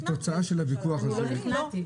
אני לא נכנעתי.